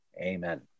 amen